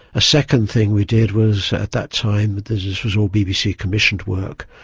a second thing we did was at that time, this was all bbc commissioned work,